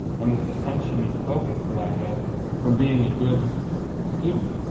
and this attention and focus that i have from being a good student,